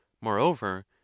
moreover